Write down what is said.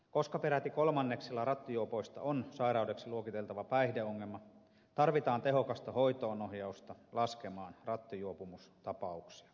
koska peräti kolmanneksella rattijuopoista on sairaudeksi luokiteltava päihdeongelma tarvitaan tehokasta hoitoonohjausta laskemaan rattijuopumustapauksia